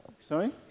Sorry